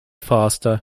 faster